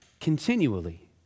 continually